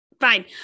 Fine